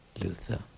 Luther